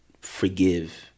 forgive